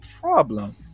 problem